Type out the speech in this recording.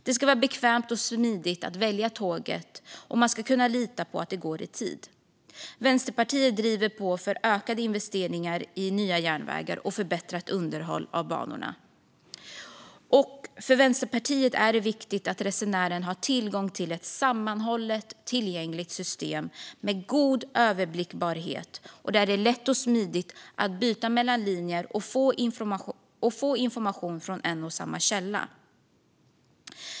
Det ska vara bekvämt och smidigt att välja tåget, och man ska kunna lita på att det går i tid. Vänsterpartiet driver på för ökade investeringar i nya järnvägar och förbättrat underhåll av banorna. För Vänsterpartiet är det viktigt att resenären har tillgång till ett sammanhållet och tillgängligt system med god överblickbarhet, där det är lätt och smidigt att byta mellan linjer och att få information från en och samma källa.